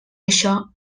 això